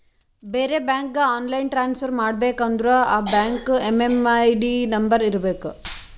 ಬೇರೆ ಬ್ಯಾಂಕ್ಗ online transfer ಮಾಡಬೇಕ ಅಂದುರ್ ಆ ಬ್ಯಾಂಕ್ದು ಎಮ್.ಎಮ್.ಐ.ಡಿ ನಂಬರ್ ಇರಬೇಕ